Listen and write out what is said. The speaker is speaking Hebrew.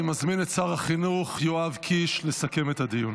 אני מזמין את שר החינוך, יואב קיש, לסכם את הדיון.